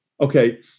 Okay